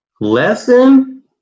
Lesson